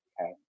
Okay